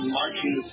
marching